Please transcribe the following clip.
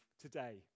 today